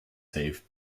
saved